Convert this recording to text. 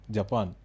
japan